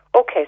Okay